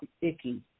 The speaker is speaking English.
icky